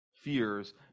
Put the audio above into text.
fears